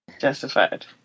Justified